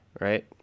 right